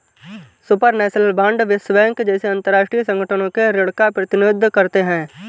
supranational bond विश्व bank जैसे अंतरराष्ट्रीय संगठनों के ऋण का प्रतिनिधित्व करते हैं